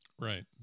Right